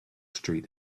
street